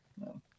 no